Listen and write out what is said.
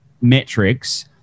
metrics